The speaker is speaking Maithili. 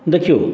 देखियौ